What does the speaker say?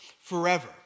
forever